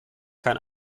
kann